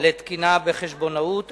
לתקינה וחשבונאות,